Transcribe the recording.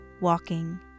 walking